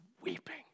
weeping